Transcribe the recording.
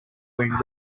wearing